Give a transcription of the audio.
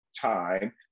time